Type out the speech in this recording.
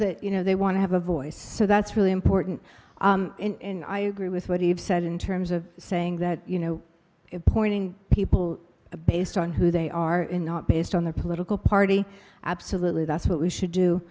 that you know they want to have a voice so that's really important and i agree with what he said in terms of saying that you know appointing people based on who they are in not based on their political party absolutely that's what we should do